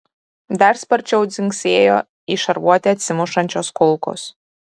dar sparčiau dzingsėjo į šarvuotį atsimušančios kulkos